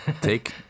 take